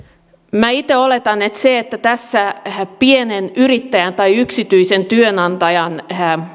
minä itse oletan että se että tässä pienen yrittäjän tai yksityisen työnantajan